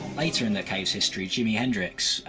later in the cave's history, jimi hendrix, ah,